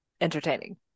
entertaining